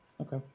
Okay